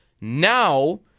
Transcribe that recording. now